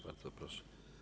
Bardzo proszę.